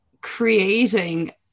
creating